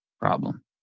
problem